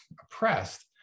oppressed